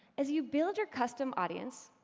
as you build your custom audience,